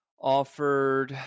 offered